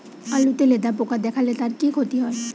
আলুতে লেদা পোকা দেখালে তার কি ক্ষতি হয়?